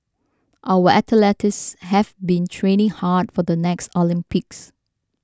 our athletes have been training hard for the next Olympics